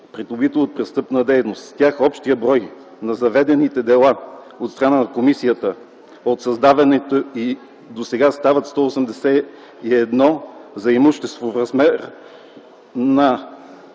придобито от престъпна дейност. С тях общият броя на заведените дела от страна на комисията от създаването й до сега става 181 дела за имущество в размер на